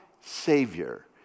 Savior